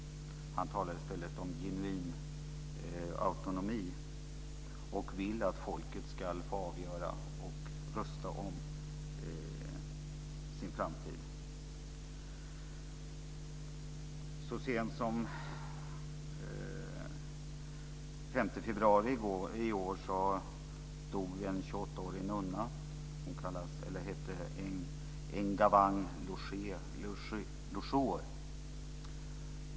Han talar i stället om genuin autonomi. Han vill att folket ska få avgöra och rösta om sin framtid. Så sent som den 5 februari i år dog en 28-årig nunna, Ngawang Lochoe.